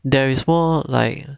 there is more like